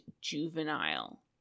juvenile